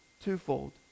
twofold